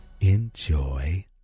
enjoy